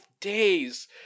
days